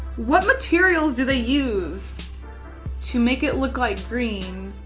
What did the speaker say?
what materials do they use to make it look like green,